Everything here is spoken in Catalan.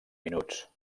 minuts